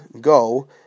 go